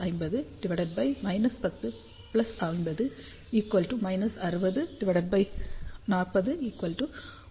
5 என்பதை பார்ப்போம்